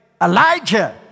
Elijah